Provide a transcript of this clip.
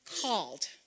called